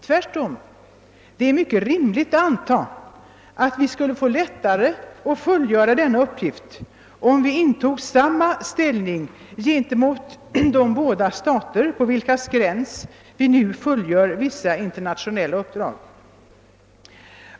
Tvärtom är det mycket rimligt att anta att det skulle bli lättare för oss att fullgöra denna uppgift om vi intog samma ställning gentemot de båda stater längs vilkas gemensamma gräns vi nu fullsör vissa internationella uppdrag.